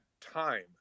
time